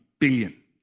billion